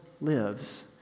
lives